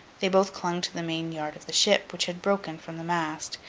they both clung to the main yard of the ship, which had broken from the mast,